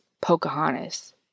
Pocahontas